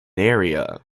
area